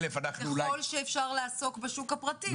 ככל שאפשר לעסוק בשוק הפרטי.